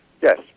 Yes